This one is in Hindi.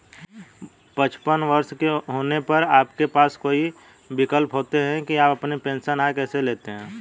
पचपन वर्ष के होने पर आपके पास कई विकल्प होते हैं कि आप अपनी पेंशन आय कैसे लेते हैं